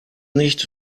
nicht